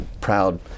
proud